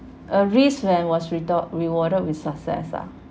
a risk when was red~ rewarded with success ah